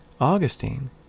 Augustine